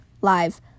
live